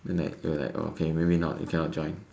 then like you're like maybe not you cannot join